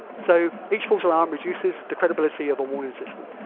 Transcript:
so each false alarm reduces the credibility of a warning system.